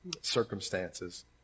circumstances